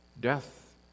death